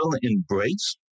embrace